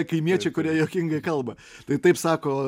kaimiečiai kurie juokingai kalba tai taip sako